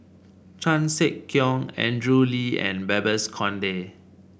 Chan Sek Keong Andrew Lee and Babes Conde